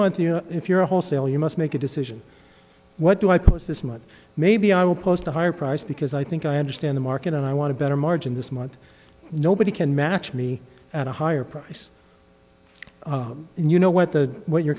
month if you're a wholesale you must make a decision what do i post this month maybe i will post a higher price because i think i understand the market and i want to better margin this month nobody can match me at a higher price and you know what the what your